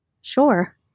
Sure